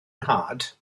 nhad